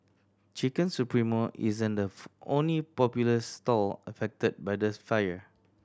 Chicken Supremo isn't the only popular stall affected by this fire